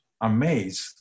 amazed